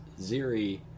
Ziri